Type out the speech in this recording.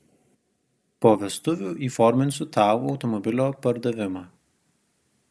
po vestuvių įforminsiu tau automobilio pardavimą